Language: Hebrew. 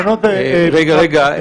רגע, רגע.